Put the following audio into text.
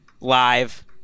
live